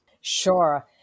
Sure